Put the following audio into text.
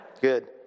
Good